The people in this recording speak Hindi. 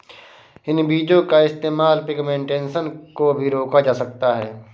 इन बीजो का इस्तेमाल पिग्मेंटेशन को भी रोका जा सकता है